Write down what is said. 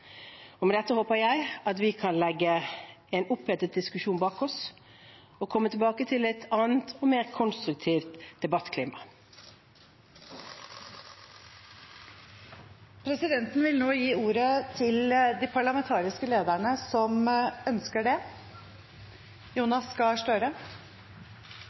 statsråd. Med dette håper jeg at vi kan legge en opphetet diskusjon bak oss og komme tilbake til et annet og mer konstruktivt debattklima. Presidenten vil nå gi ordet til de parlamentariske lederne som ønsker det.